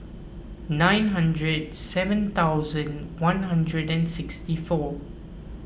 nine hundred seven thousand one hundred and sixty four